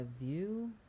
view